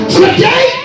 today